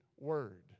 Word